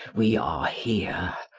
we are here.